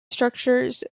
structures